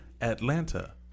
Atlanta